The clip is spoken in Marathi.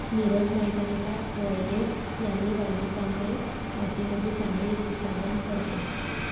नीरज माहित आहे का वायलेट यामी वालुकामय मातीमध्ये चांगले उत्पादन करतो?